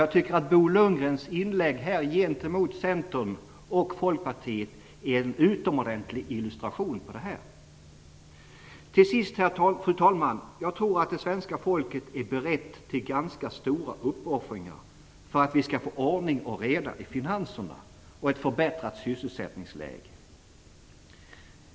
Jag tycker att Bo Lundgrens inlägg gentemot Centern och Folkpartiet är en utomordentlig illustration av detta. Fru talman! Jag tror att det svenska folket är berett på ganska stora uppoffringar för att vi skall få ordning och reda i finanserna och ett förbättrat sysselsättningsläge.